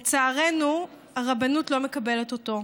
לצערנו, הרבנות לא מקבלת אותו.